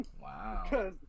Wow